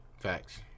Facts